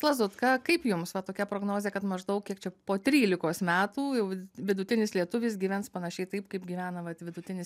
lazutka kaip jums va tokia prognozė kad maždaug kiek čia po trylikos metų jau vidutinis lietuvis gyvens panašiai taip kaip gyvena vat vidutinis